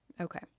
Okay